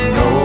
no